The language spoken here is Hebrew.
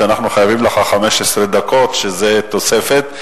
אנחנו חייבים לך 15 דקות שזה תוספת.